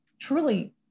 truly